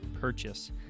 purchase